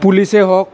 পুলিচে হওক